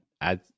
add